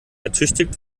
ertüchtigt